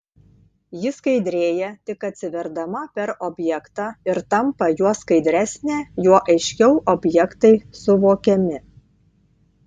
ji skaidrėja tik atsiverdama per objektą ir tampa juo skaidresnė juo aiškiau objektai suvokiami